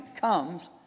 comes